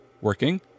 working